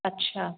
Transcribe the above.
अच्छा